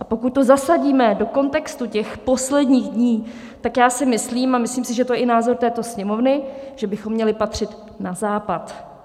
A pokud to zasadíme do kontextu těch posledních dní, tak já si myslím a myslím, že to je i názor této Sněmovny, že bychom měli patřit na Západ.